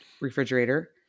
refrigerator